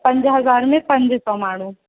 पंज हज़ार में पंज सौ माण्हू